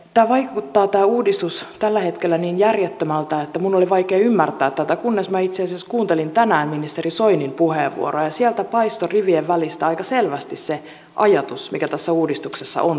tämä uudistus vaikuttaa tällä hetkellä niin järjettömältä että minun oli vaikea ymmärtää tätä kunnes minä kuuntelin itse asiassa tänään ministeri soinin puheenvuoron ja sieltä paistoi rivien välistä aika selvästi se ajatus mikä tässä uudistuksessa on taustalla